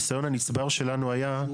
הניסיון הנצבר שלנו היה,